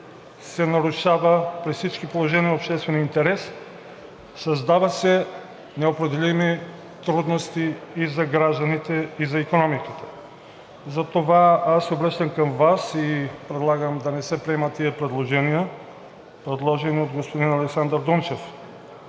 се нарушава при всички положения обществения интерес, създават се непреодолими трудности и за гражданите, и за икономиката. Затова аз се обръщам към Вас и предлагам да не се приемат тези предложения, предложени от господин Александър Дунчев.